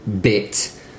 bit